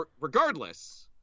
regardless